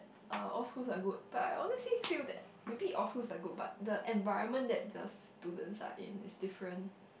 uh all schools are good but I honestly feel that maybe all schools are good but the environment that the students are in is different